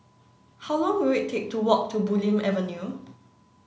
how long will it take to walk to Bulim Avenue